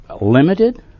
limited